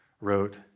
wrote